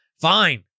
fine